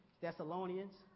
thessalonians